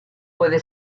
puede